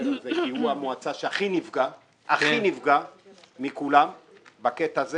על זה כי הוא המועצה שהכי נפגעת בקטע הזה